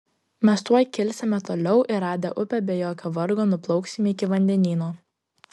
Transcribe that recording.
mes tuoj kilsime toliau ir radę upę be jokio vargo nuplauksime iki vandenyno